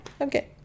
Okay